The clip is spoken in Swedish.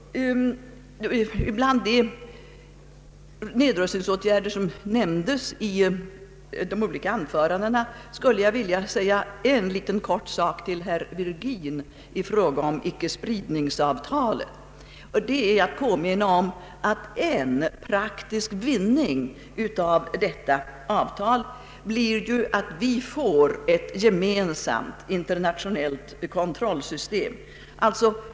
I fråga om de nedrustningsåtgärder som nämnts i de olika anförandena här vill jag göra en kort kommentar till herr Virgins uttalande i fråga om icke-spridningsavtalet. Jag vill påminna om att en praktisk vinning av detta avtal blir ett gemensamt internationellt kontrollsystem.